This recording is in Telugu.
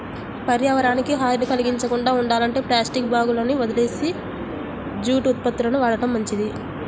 పర్యావరణానికి హాని కల్గించకుండా ఉండాలంటే ప్లాస్టిక్ బ్యాగులని వదిలేసి జూటు ఉత్పత్తులను వాడటం మంచిది